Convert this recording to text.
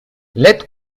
let